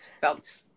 felt